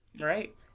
right